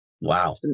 Wow